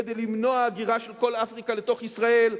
כדי למנוע הגירה של כל אפריקה לתוך ישראל.